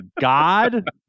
God